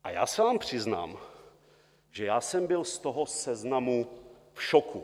A já se vám přiznám, že já jsem byl z toho seznamu v šoku.